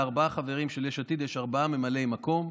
לארבעה חברים של יש עתיד יש ארבעה ממלאי מקום: